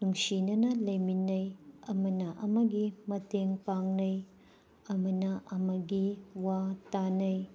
ꯅꯨꯡꯁꯤꯅꯅ ꯂꯩꯃꯤꯟꯅꯩ ꯑꯃꯅ ꯑꯃꯒꯤ ꯃꯇꯦꯡ ꯄꯥꯡꯅꯩ ꯑꯃꯅ ꯑꯃꯒꯤ ꯋꯥ ꯇꯥꯅꯩ